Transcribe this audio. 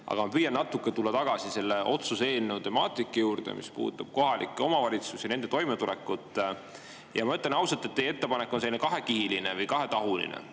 ma püüan natuke tulla tagasi selle otsuse eelnõu temaatika juurde, mis puudutab kohalikke omavalitsusi ja nende toimetulekut. Ma ütlen ausalt: teie ettepanek on selline kahekihiline või kahetahuline.